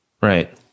Right